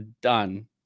done